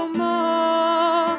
more